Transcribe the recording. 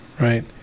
Right